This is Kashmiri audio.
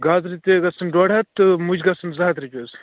گازرِ تہِ حظ گژھان ڈۄڈ ہتھ تہٕ مُجہِ گژھان زٕ ہتھ رۄپیہِ حظ